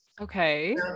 Okay